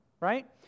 right